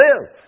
live